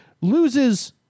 loses